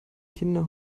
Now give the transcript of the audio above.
kinder